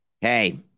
hey